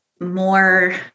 more